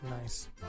Nice